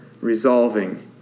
resolving